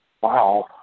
Wow